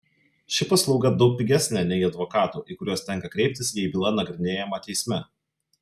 ši paslauga daug pigesnė nei advokatų į kuriuos tenka kreiptis jei byla nagrinėjama teisme